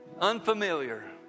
unfamiliar